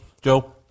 Joe